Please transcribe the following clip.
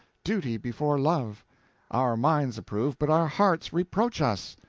duty before love our minds approve, but our hearts reproach us.